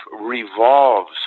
revolves